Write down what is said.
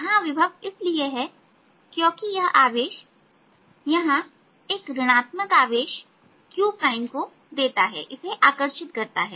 यहां विभव इसलिए है क्योंकि यह आवेश यहां एक ऋण आत्मक प्रतिबिंब आवेश q प्राइमq देता है इसे आकर्षित करता है